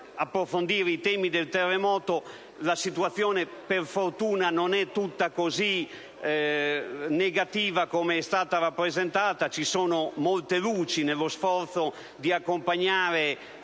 approfondire il tema del terremoto. La situazione, per fortuna, non è negativa come è stata presentata: ci sono molte luci nello sforzo di accompagnare